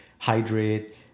Hydrate